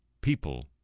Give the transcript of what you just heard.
people